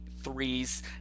threes